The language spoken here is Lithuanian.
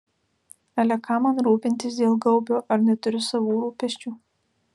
ale kam man rūpintis dėl gaubio ar neturiu savų rūpesčių